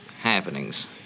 happenings